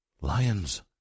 Lions